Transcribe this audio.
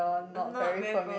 I'm not very pro~